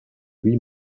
huit